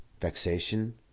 Vexation